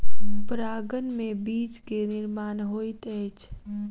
परागन में बीज के निर्माण होइत अछि